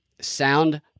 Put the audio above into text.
sound